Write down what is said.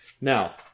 Now